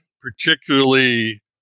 particularly